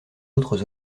autres